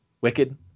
Wicked